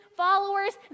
followers